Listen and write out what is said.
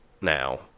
now